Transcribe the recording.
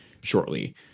shortly